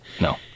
no